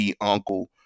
uncle